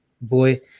boy